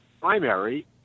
Primary